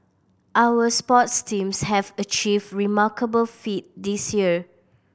our sports teams have achieved remarkable feat this year